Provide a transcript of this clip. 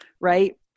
right